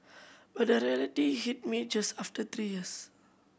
but the reality hit me just after three years